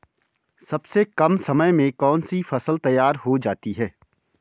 सबसे कम समय में कौन सी फसल तैयार हो जाती है?